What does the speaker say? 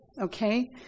okay